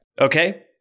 Okay